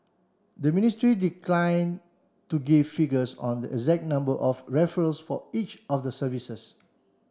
the ministry declined to give figures on the exact number of referrals for each of the services